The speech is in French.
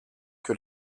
que